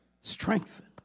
strengthen